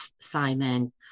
Simon